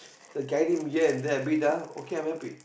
gude him here and there a bit ah okay I'm happy